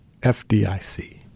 FDIC